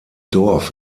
dorf